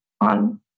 on